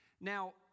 Now